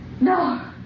No